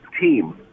team